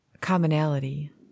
commonality